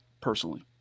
personally